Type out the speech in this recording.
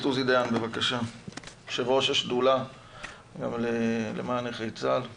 עוזי דיין יו"ר השדולה למען נכי צה"ל לדבר.